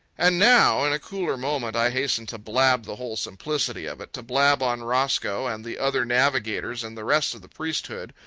and now, in a cooler moment, i hasten to blab the whole simplicity of it, to blab on roscoe and the other navigators and the rest of the priesthood,